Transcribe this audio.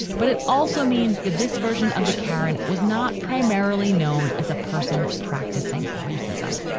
but it also means that this version of the karen was not primarily known as a person practicing racism.